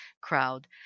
crowd